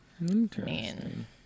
Interesting